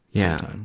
yeah. and